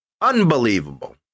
Unbelievable